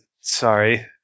sorry